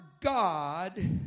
God